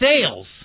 sales